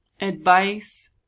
advice